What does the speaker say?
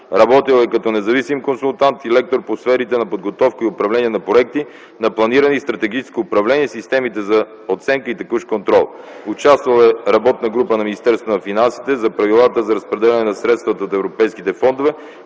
Работил е като независим консултант и лектор в сферите на подготовка и управление на проекти на планиране и стратегическо управление и системите за оценка и текущ контрол. Участвал е в работна група на Министерството на финансите за правилата за разпределяне на средствата от европейските фондове,